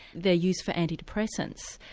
their use for antidepressants.